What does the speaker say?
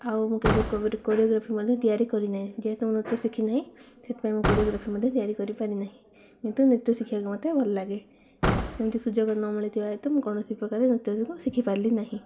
ଆଉ ମୁଁ କୋରିଓଗ୍ରାଫି ମଧ୍ୟ ତିଆରି କରିନାହିଁ ଯେହେତୁ ମୁଁ ନୃତ୍ୟ ଶିଖିନାହିଁ ସେଥିପାଇଁ ମୁଁ କୋରିଓଗ୍ରାଫି ମଧ୍ୟ ତିଆରି କରିପାରିନାହିଁ କିନ୍ତୁ ନୃତ୍ୟ ଶିଖିବାକୁ ମୋତେ ଭଲ ଲାଗେ ସେମିତି ସୁଯୋଗ ନ ମିଳିଥିବା ହେତୁ ମୁଁ କୌଣସି ପ୍ରକାର ନୃତ୍ୟ ଶିଖିପାରିଲି ନାହିଁ